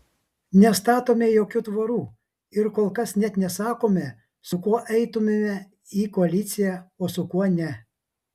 nestatome jokių tvorų ir kol kas net nesakome su kuo eitumėme į koaliciją o su kuo ne